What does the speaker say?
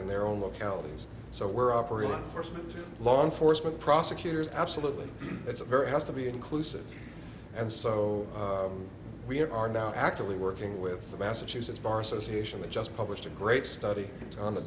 in their own localities so we're operating for law enforcement prosecutors absolutely it's a very has to be inclusive and so we are now actively working with the massachusetts bar association that just published a great study on